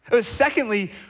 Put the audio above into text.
Secondly